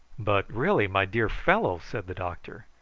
but really, my dear fellow, said the doctor,